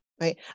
right